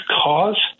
cause